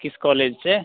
किस कॉलेज से